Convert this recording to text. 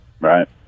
Right